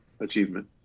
achievement